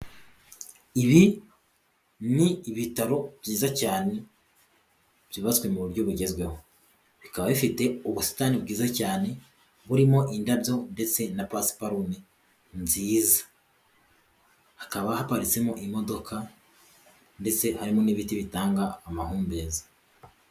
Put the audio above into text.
Ibi ni ibitaro byiza cyane byubatswe mu buryo bugezweho, bikaba bifite ubusitani bwiza cyane burimo indabyo ndetse na pasiparume nziza hakaba haparitsemo imodoka ndetse harimo n'ibiti bitanga amahumbezi.